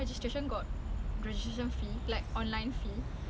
that's so bad